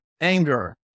anger